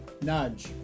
nudge